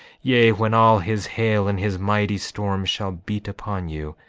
yea, when all his hail and his mighty storm shall beat upon you,